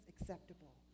acceptable